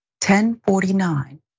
1049